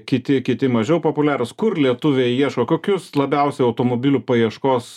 kiti kiti mažiau populiarūs kur lietuviai ieško kokius labiausiai automobilių paieškos